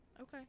Okay